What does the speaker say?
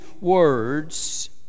words